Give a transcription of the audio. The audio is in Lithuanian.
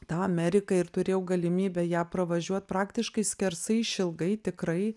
tą ameriką ir turėjau galimybę ją pravažiuot praktiškai skersai išilgai tikrai